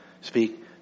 Speak